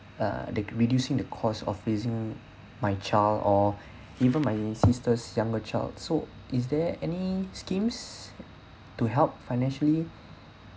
uh reducing the cost of facing my child or even my sister's younger child so is there any schemes to help financially